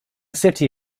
city